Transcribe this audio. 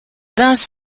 thus